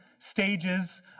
Stages